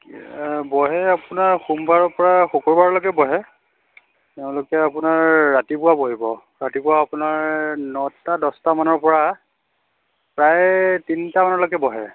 বহে আপোনাৰ সোমবাৰৰ পৰা শুক্ৰবাৰলৈকে বহে তেওঁলোকে আপোনাৰ ৰাতিপুৱা বহিব ৰাতিপুৱা আপোনাৰ নটা দহটা মানৰ পৰা প্ৰায় তিনিটা মানলৈকে বহে